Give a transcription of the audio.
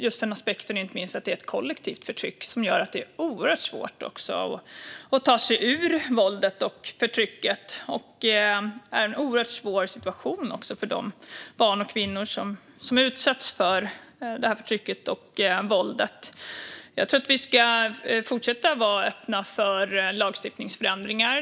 Just aspekten att det är ett kollektivt förtryck gör att det är oerhört svårt att ta sig ur våldet och förtrycket, och det innebär en oerhört svår situation för de barn och kvinnor som utsätts för detta. Jag tror att vi ska fortsätta vara öppna för lagstiftningsförändringar.